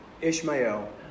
Ishmael